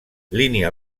línia